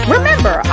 Remember